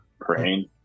praying